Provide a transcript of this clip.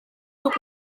tuk